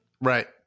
Right